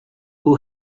who